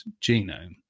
genome